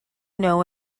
know